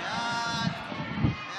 את הצעת חוק